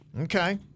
Okay